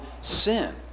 sin